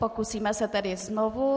Pokusíme se tedy znovu.